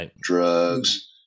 drugs